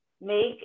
make